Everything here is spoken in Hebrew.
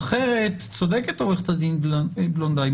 וצודקת עורכת הדין בלונדהיים,